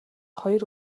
хоёр